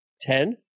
Ten